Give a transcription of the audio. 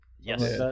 Yes